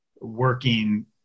working